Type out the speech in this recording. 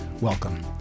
welcome